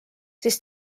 siis